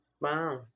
Wow